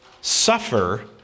suffer